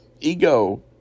ego